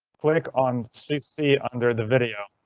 click on cc under the video.